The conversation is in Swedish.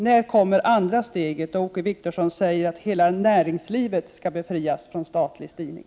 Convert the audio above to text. När kommer det andra, då Åke Wictorsson säger att hela näringslivet skall befrias från statlig styrning?